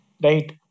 right